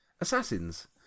assassins